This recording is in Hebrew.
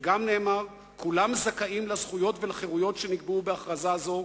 וגם נאמר: "כולם זכאים לזכויות ולחירויות שנקבעו בהכרזה זו,